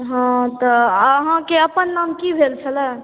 हॅं तऽ अहाँ के अपन नाम की भेल छलै